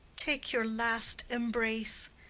take your last embrace!